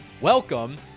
welcome